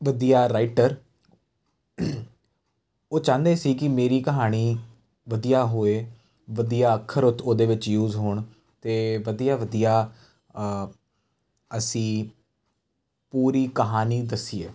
ਵਧੀਆ ਰਾਈਟਰ ਉਹ ਚਾਹੁੰਦੇ ਸੀ ਕਿ ਮੇਰੀ ਕਹਾਣੀ ਵਧੀਆ ਹੋਏ ਵਧੀਆ ਅੱਖਰ ਉ ਉਹਦੇ ਵਿੱਚ ਯੂਜ ਹੋਣ ਅਤੇ ਵਧੀਆ ਵਧੀਆ ਅਸੀਂ ਪੂਰੀ ਕਹਾਣੀ ਦੱਸੀਏ